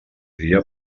dia